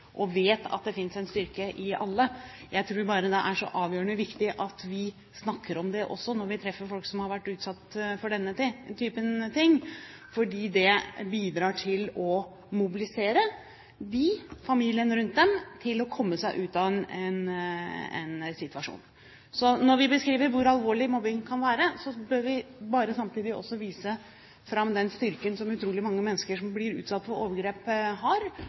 og vet at det finnes en styrke i alle. Jeg tror bare det er så avgjørende viktig at vi snakker om det når vi treffer folk som har vært utsatt for dette, fordi det bidrar til å mobilisere dem, og familien rundt dem, til å komme seg ut av en situasjon. Når vi beskriver hvor alvorlig mobbing kan være, bør vi samtidig også vise fram den styrken som utrolig mange mennesker som blir utsatt for overgrep, har,